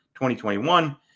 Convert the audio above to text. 2021